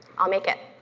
i'll make it.